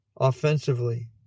offensively